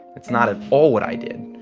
that's not at all what i did.